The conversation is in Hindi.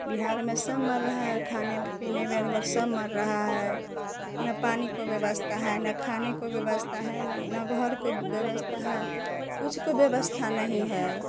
बिहार में सब मर रहा है खाने पीने बगैर सब मर रहा है ना पानी की व्यवस्था है ना खाने की व्यवस्था है ना घर की व्यवस्था है कुछ का व्यवस्था नहीं है